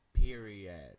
Period